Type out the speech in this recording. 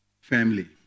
Family